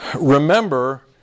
remember